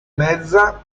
mezza